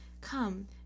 Come